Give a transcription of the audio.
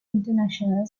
international